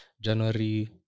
January